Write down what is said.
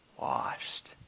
washed